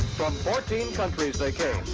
fourteen countries they came,